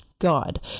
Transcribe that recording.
God